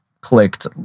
clicked